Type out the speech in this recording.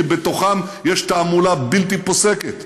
כי בתוכם יש תעמולה בלתי פוסקת,